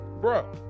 Bro